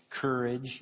courage